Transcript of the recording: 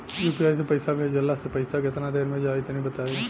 UPI से पईसा भेजलाऽ से पईसा केतना देर मे जाई तनि बताई?